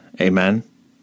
Amen